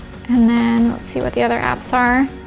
and then let's see what the other apps are?